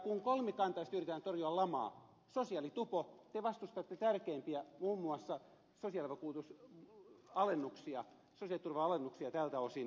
kun kolmikantaisesti yritetään torjua lamaa sosiaalitupolla te vastustatte muun muassa tärkeimpiä sosiaalivakuutusalennuksia sosiaaliturvamaksujen alennuksia tältä osin